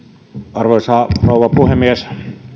arvoisa rouva puhemies